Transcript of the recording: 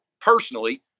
personally